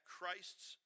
Christ's